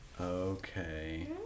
Okay